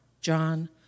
John